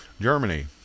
Germany